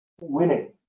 winning